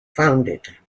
founded